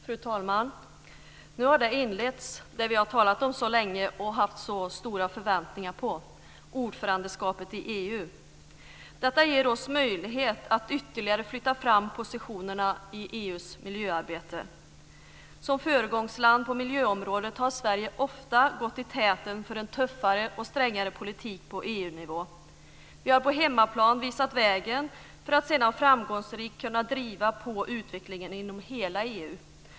Fru talman! Nu har det inletts, det som vi har talat om så länge och haft så stora förväntningar på, nämligen ordförandeskapet i EU. Detta ger oss möjlighet att ytterligare flytta fram positionerna i EU:s miljöarbete. Som föregångsland på miljöområdet har Sverige ofta gått i täten för en tuffare och strängare politik på EU-nivå. Vi har på hemmaplan visat vägen för att sedan framgångsrikt kunna driva på utvecklingen inom hela EU.